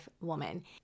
woman